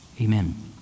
Amen